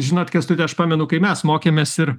žinot kęstuti aš pamenu kai mes mokėmės ir